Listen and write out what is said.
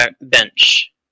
bench